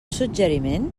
suggeriment